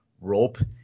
rope